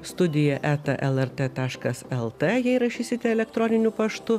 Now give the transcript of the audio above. studija eta lrt taškas lt jei rašysite elektroniniu paštu